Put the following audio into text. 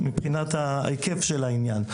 מבחינת ההיקף של העניין.